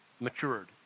matured